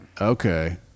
Okay